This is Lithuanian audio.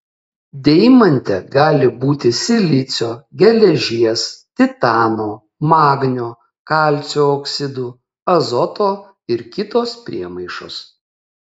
deimante gali būti silicio geležies titano magnio kalcio oksidų azoto ir kitos priemaišos